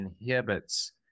inhibits